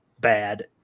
bad